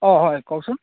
অঁ হয় কওকচোন